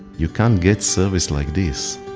you can't get service like this